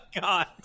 god